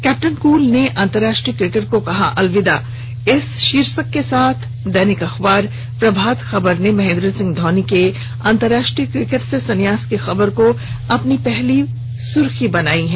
captain cool ने अंतराष्ट्रीय cricket को कहा अलविदा इस शीर्षक के साथ दैनिक अखबार प्रभात खबर ने महेंद्र सिंह धौनी के अंतराष्ट्रीय क्रिकेट से सन्यास की खबर को अपनी पहली सुर्खी बनायी है